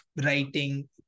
writing